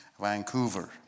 Vancouver